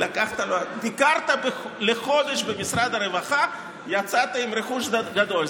ביקרת לחודש במשרד הרווחה ויצאת עם רכוש גדול.